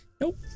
Nope